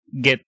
get